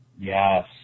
Yes